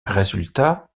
résultat